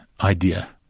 idea